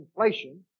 inflation